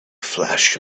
flash